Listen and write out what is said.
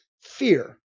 fear